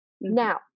Now